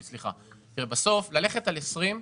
בסוף ללכת על 2020,